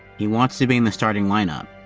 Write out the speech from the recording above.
he wants to be in the starting lineup.